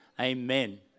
Amen